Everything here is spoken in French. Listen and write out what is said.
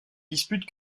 dispute